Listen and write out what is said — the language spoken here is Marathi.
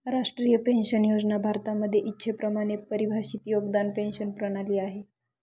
राष्ट्रीय पेन्शन योजना भारतामध्ये इच्छेप्रमाणे परिभाषित योगदान पेंशन प्रणाली आहे